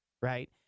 right